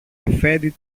αφέντη